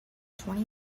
twenty